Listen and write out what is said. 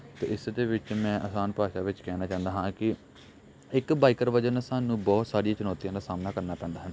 ਅਤੇ ਇਸ ਦੇ ਵਿੱਚ ਮੈਂ ਆਸਾਨ ਭਾਸ਼ਾ ਵਿੱਚ ਕਹਿਣਾ ਚਾਹੁੰਦਾ ਹਾਂ ਕਿ ਇੱਕ ਬਾਈਕਰ ਵਜੋਂ ਨਾ ਸਾਨੂੰ ਬਹੁਤ ਸਾਰੀਆਂ ਚੁਣੌਤੀਆਂ ਦਾ ਸਾਹਮਣਾ ਕਰਨਾ ਪੈਂਦਾ ਹੈ